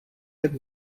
jak